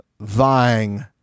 vying